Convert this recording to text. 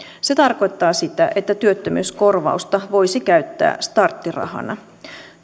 se tarkoittaa sitä että työttömyyskorvausta voisi käyttää starttirahana